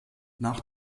nach